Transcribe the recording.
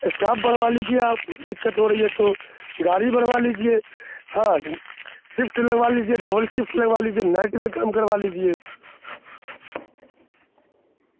staff بڑوا لیجیے آپ دقت ہو رہی ہے تو گاڑی بڑوا لیجیے ہاں سفٹ لگوا لیجیے ڈبل سفٹ لگوا لیجیے نائٹ میں کام کروا لیجیے